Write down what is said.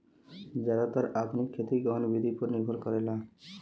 जादातर आधुनिक खेती गहन विधि पर निर्भर करला